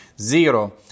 zero